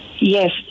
Yes